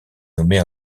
nommée